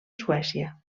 suècia